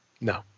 No